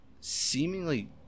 seemingly